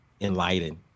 enlightened